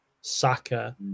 Saka